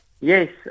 Yes